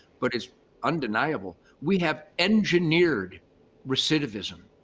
but it's undeniable. we have engineered recidivism.